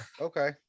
okay